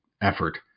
effort